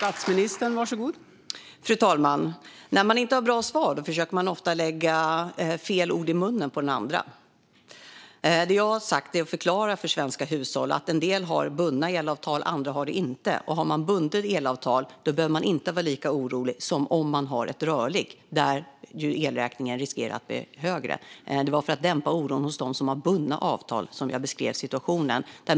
Fru talman! När man inte har bra svar försöker man ofta lägga fel ord i munnen på den andra. Vad jag sa var en förklaring till svenska hushåll om att en del har bundna elavtal och andra inte har det. Och om man har ett bundet elavtal behöver man inte vara lika orolig som om man har ett rörligt där elräkningen riskerar att bli högre. Det var för att dämpa oron hos dem som har bundna avtal som jag beskrev situationen.